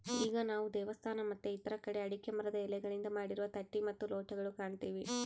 ಈಗ ನಾವು ದೇವಸ್ಥಾನ ಮತ್ತೆ ಇತರ ಕಡೆ ಅಡಿಕೆ ಮರದ ಎಲೆಗಳಿಂದ ಮಾಡಿರುವ ತಟ್ಟೆ ಮತ್ತು ಲೋಟಗಳು ಕಾಣ್ತಿವಿ